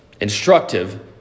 instructive